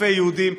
אלפי יהודים,